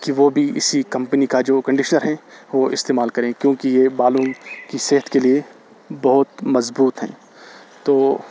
کہ وہ بھی اسی کمپنی کا جو کنڈشنر ہے وہ استعمال کریں کیونکہ یہ بالوں کی صحت کے لیے بہت مضبوط ہیں تو